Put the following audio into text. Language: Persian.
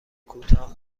کوتاه